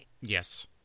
Yes